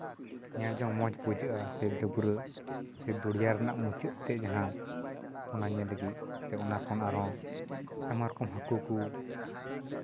ᱧᱮᱞ ᱡᱚᱝ ᱢᱚᱡᱽ ᱵᱩᱡᱷᱟᱹᱜᱼᱟ ᱥᱮ ᱰᱟᱹᱵᱽᱨᱟᱹᱜ ᱥᱮ ᱫᱚᱨᱭᱟ ᱨᱮᱱᱟᱜ ᱢᱩᱪᱟᱹᱫ ᱛᱮ ᱡᱟᱦᱟᱸ ᱚᱱᱟ ᱧᱮᱞ ᱞᱟᱹᱜᱤᱫ ᱥᱮ ᱚᱱᱟ ᱠᱷᱚᱱ ᱟᱨᱦᱚᱸ ᱟᱭᱢᱟ ᱨᱚᱠᱚᱢ ᱦᱟᱹᱠᱩ ᱠᱚ